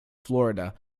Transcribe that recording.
florida